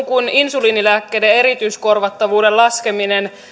kuin insuliinilääkkeiden erityiskorvattavuuden laskeminen